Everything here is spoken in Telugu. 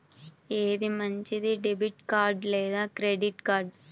ఏది మంచిది, డెబిట్ కార్డ్ లేదా క్రెడిట్ కార్డ్?